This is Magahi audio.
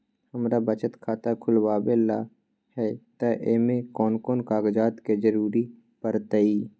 हमरा बचत खाता खुलावेला है त ए में कौन कौन कागजात के जरूरी परतई?